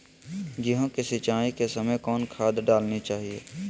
गेंहू के सिंचाई के समय कौन खाद डालनी चाइये?